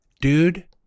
Dude